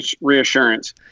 reassurance